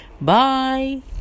Bye